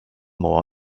more